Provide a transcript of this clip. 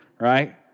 right